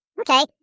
Okay